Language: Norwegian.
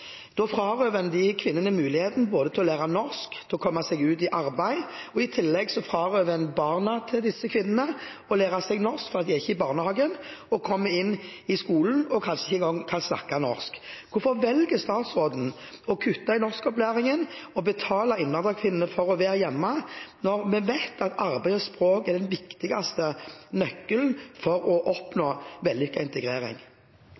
Da frarøver en de kvinnene muligheten både til å lære norsk og til å komme seg ut i arbeid. I tillegg frarøver en barna til disse kvinnene muligheten til å lære seg norsk, for de er ikke i barnehagen og kommer inn i skolen uten at de kan snakke norsk. Hvorfor velger statsråden å kutte i norskopplæringen og betale innvandrerkvinnene for å være hjemme når vi vet at arbeid og språk er den viktigste nøkkelen for å oppnå vellykket integrering?